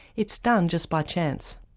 it's done just by chance.